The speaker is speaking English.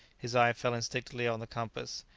his eye fell instinctively on the compass,